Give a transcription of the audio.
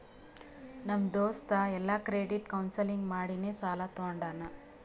ನಮ್ ದೋಸ್ತ ಎಲ್ಲಾ ಕ್ರೆಡಿಟ್ ಕೌನ್ಸಲಿಂಗ್ ಮಾಡಿನೇ ಸಾಲಾ ತೊಂಡಾನ